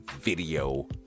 video